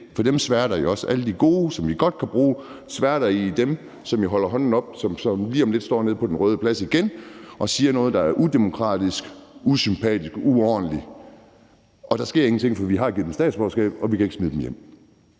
for dem sværter I også. Alle de gode, som vi godt kan bruge, sværter I i stedet for dem, som holder hånden op og lige om lidt står nede på Den Røde Plads igen og siger noget, der er udemokratisk, usympatisk og uordentligt. Og der sker ingenting, for vi har givet dem statsborgerskab, og vi kan ikke smide dem hjem.